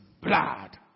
blood